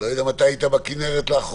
אני לא יודע אם אתה היית בכנרת לאחרונה,